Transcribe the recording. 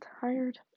tired